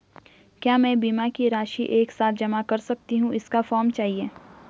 क्या मैं बीमा की राशि एक साथ जमा कर सकती हूँ इसका फॉर्म चाहिए?